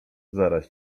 zaraz